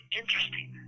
interesting